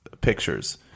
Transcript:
Pictures